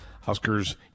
Huskers